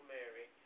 Mary